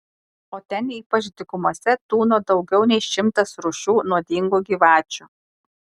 o ten ypač dykumose tūno daugiau nei šimtas rūšių nuodingų gyvačių